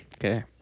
Okay